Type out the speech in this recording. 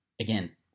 Again